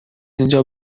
اینجا